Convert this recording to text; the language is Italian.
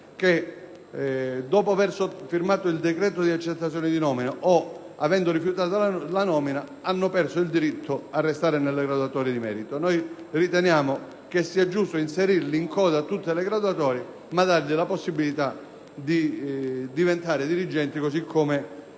che, dopo aver firmato il decreto di accettazione di nomina o avendo rifiutato la nomina stessa, hanno perso il diritto a restare nelle graduatorie di merito. Riteniamo che sia giusto inserirli in coda a tutte le graduatorie, ma dando loro comunque la possibilità di diventare dirigenti, risultato